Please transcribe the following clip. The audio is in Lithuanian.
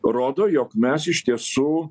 rodo jog mes iš tiesų